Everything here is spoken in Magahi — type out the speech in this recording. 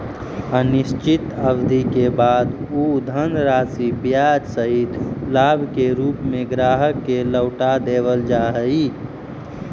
निश्चित अवधि के बाद उ धनराशि ब्याज सहित लाभ के रूप में ग्राहक के लौटा देवल जा हई